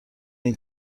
این